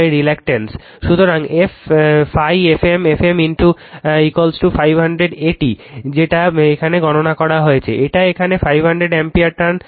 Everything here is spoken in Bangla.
সুতরাং ∅ f m f m 500 AT যেটা এখানে গণনা করা হয়েছে এটা এখানে 500 অ্যাম্পিয়ার ট্রান